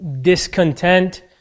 discontent